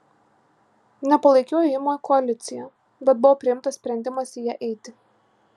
nepalaikiau ėjimo į koaliciją bet buvo priimtas sprendimas į ją eiti